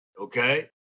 okay